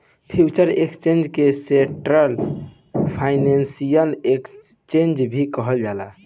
future exchange के central financial exchange भी कहल जाला